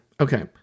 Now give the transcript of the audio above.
Okay